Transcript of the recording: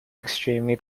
extremely